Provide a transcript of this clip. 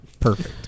Perfect